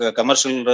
commercial